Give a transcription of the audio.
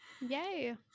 Yay